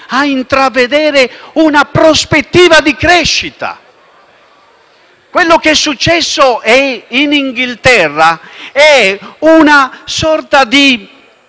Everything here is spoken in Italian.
Quello che è successo in Inghilterra è una sorta di condizione di malessere che ha colpito tutte le classi sociali